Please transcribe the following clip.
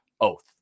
Oath